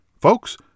Folks